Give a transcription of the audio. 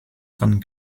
dran